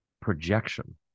projection